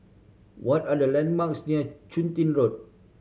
what are the landmarks near Chun Tin Road